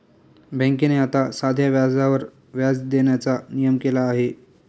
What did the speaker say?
बँकेने आता साध्या व्याजावर व्याज देण्याचा नियम केला आहे